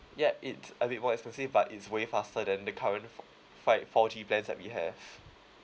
yup it's a bit more expensive but it's way faster than the current fi~ four G plans that we have